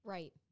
Right